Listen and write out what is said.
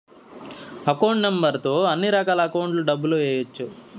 account number తో అన్నిరకాల అకౌంట్లలోకి డబ్బులు ఎయ్యవచ్చు